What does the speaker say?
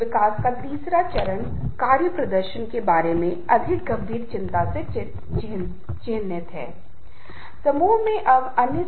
इन तीनों में से हालांकि प्रशंसा तीन कारकों में से सबसे शक्तिशाली है इसे उचित रूप से उपयोग किया जाना चाहिए